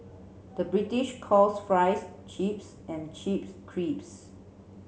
the British calls fries chips and chips